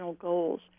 goals